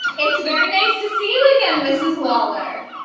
it's very nice to see you again, mrs. lawler.